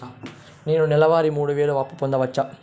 నేను నెల వారి మూడు వేలు అప్పు పొందవచ్చా?